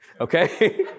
Okay